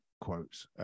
quotes